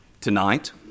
tonight